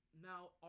now